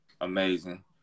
amazing